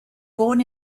born